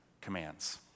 commands